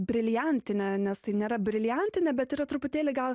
briliantinė nes tai nėra briliantinė bet yra truputėlį gal